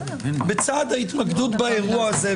בצד ההתמקדות באירוע הזה,